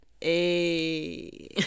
Hey